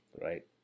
right